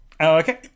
Okay